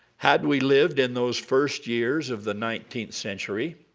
had we lived in those first years of the nineteenth century,